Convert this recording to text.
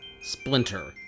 Splinter